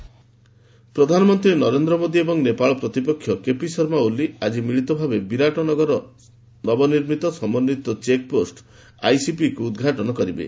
India Nepal ପ୍ରଧାନମନ୍ତ୍ରୀ ନରେନ୍ଦ୍ର ମୋଦୀ ଏବଂ ନେପାଳ ପ୍ରତିପକ୍ଷ କେପି ଶର୍ମା ଓଲି ଆଜି ମିଳିତ ଭାବେ ବିରାଟ ନଗରର ନବନିର୍ମିତ ସମନ୍ଦିତ ଚେକ୍ପୋଷ୍ଟ ଆଇସିପିକୁ ଉଦ୍ଘାଟନ କରିବେ